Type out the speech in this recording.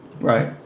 Right